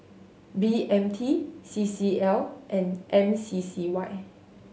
B M T C C L and M C C Y